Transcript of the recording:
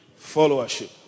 followership